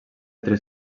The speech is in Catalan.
entre